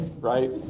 right